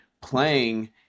playing –